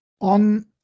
on